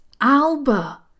Alba